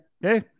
hey